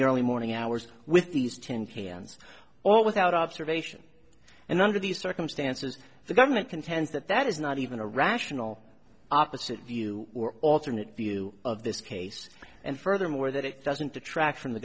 the early morning hours with these tin cans all without observation and under these circumstances the government contends that that is not even a rational opposite view or alternate view of this case and furthermore that it doesn't detract from the